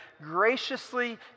graciously